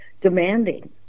demanding